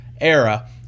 era